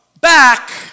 back